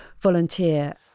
volunteer